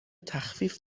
تخفیف